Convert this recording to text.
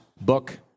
book